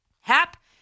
Hap